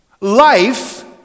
Life